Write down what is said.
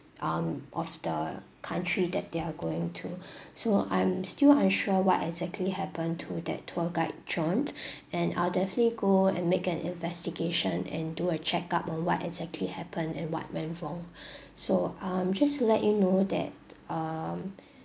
um of the country that they are going to so I'm still unsure what exactly happened to that tour guide john and I'll definitely go and make an investigation and do a check up on what exactly happened and what went wrong so um just to let you know that um